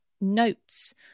notes